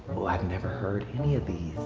i've never heard any of these.